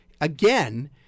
Again